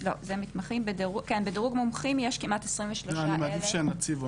בדירוג מומחים יש כמעט 23,000. אני מעדיף שהנציב.